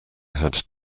had